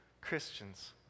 Christians